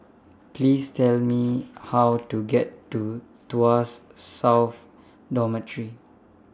Please Tell Me How to get to Tuas South Dormitory